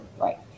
right